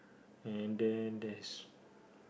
and then there's